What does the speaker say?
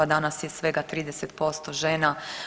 Danas je svega 30% žena.